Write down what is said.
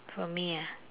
from me ah